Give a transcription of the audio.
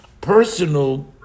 personal